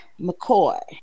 McCoy